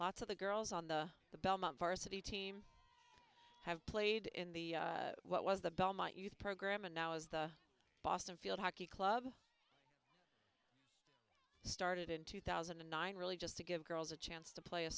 lots of the girls on the the belmont varsity team have played in the what was the belmont youth program and now as the boston field hockey club started in two thousand and nine really just to give girls a chance to play a